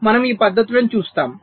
మనము ఈ పద్ధతులను చూస్తాము